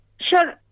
sure